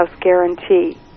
guarantee